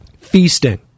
Feasting